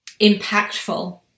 impactful